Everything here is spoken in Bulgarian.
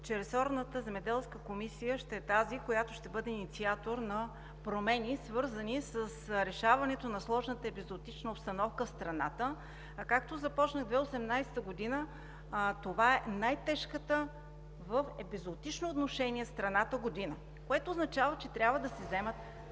че ресорната Земеделска комисия ще е тази, която ще бъде инициатор на промени, свързани с решаването на сложната епизоотична обстановка в страната, която започна в 2018 г. Това е най-тежката година в страната в епизоотично отношение, което означава, че трябва да се вземат